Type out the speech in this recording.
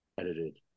edited